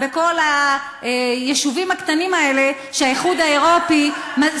בכל היישובים הקטנים האלה שהאיחוד האירופי